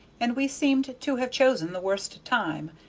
and we seemed to have chosen the worst time,